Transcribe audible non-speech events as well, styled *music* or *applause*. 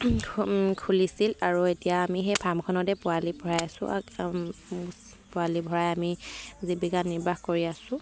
খুলিছিল আৰু এতিয়া আমি সেই ফাৰ্মখনতে পোৱালি ভৰাই আছো *unintelligible* পোৱালি ভৰাই আমি জীৱিকা নিৰ্বাহ কৰি আছো